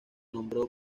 nombró